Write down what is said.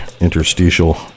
interstitial